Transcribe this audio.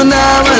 now